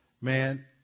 man